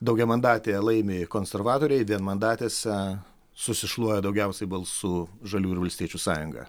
daugiamandatėje laimi konservatoriai vienmandatėse susišluoja daugiausiai balsų žaliųjų ir valstiečių sąjunga